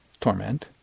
torment